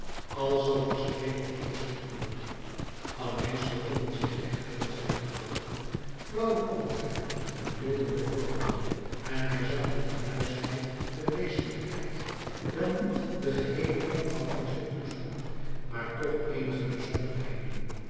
alzoo verstreek het eerste uur allengs begonnen zich echter in zijn gedachten flauwe omtrekken en beelden te vormen en hij zag met de juistheid der wezenlijkheid wel niet den geheelen omvang van zijn toestand maar toch eenige bijzonderheden